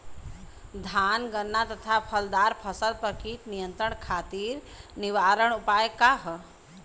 धान गन्ना तथा फलदार फसल पर कीट नियंत्रण खातीर निवारण उपाय का ह?